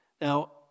Now